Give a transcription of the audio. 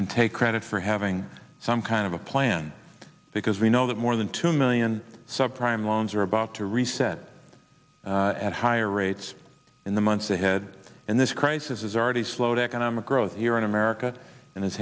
and take credit for having some kind of a plan because we know that more than two million sub prime loans are about to reset at higher rates in the months ahead and this crisis is already slowed economic growth here in america and has